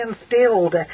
instilled